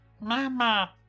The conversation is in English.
Mama